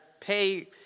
pay